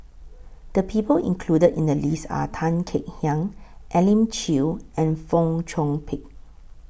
The People included in The list Are Tan Kek Hiang Elim Chew and Fong Chong Pik